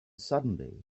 suddenly